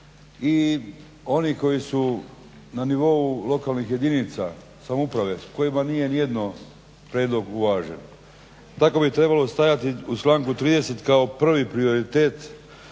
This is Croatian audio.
i oni koji su na nivou lokalnih jedinica samouprave kojima nije nijedno prijedlog uvažen. Tako bi trebalo stajati u članku 30 kao prvi prioritet